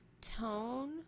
tone